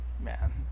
Man